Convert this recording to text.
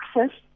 access